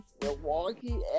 Milwaukee